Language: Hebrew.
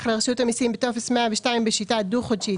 לרשות המסים בטופס 102 בשיטה דו-חודשית,